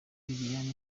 liliane